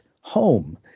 home